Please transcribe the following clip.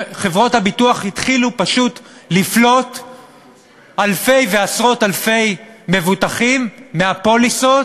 וחברות הביטוח התחילו פשוט לפלוט אלפי ועשרות אלפי מבוטחים מהפוליסות